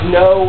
no